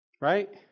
Right